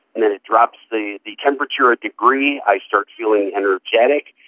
and then it drops the the temperature a degree, i start feeling energetic.